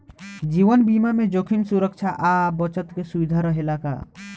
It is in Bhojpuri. जीवन बीमा में जोखिम सुरक्षा आ बचत के सुविधा रहेला का?